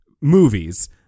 movies